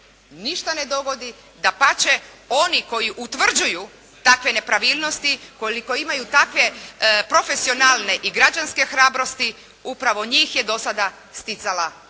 ništa ne dogodi, dapače oni koji utvrđuju takve nepravilnosti, ukoliko imaju takve profesionalne i građanske hrabrosti, upravo njih je do sada stizala